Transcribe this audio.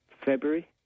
February